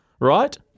right